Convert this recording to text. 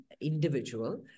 individual